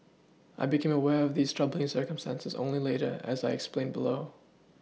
I became aware of these troubling circumstances only later as I explain below